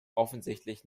offensichtlich